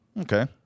Okay